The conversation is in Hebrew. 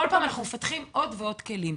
כל פעם אנחנו מפתחים עוד ועוד כלים.